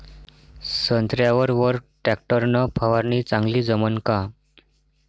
संत्र्यावर वर टॅक्टर न फवारनी चांगली जमन का?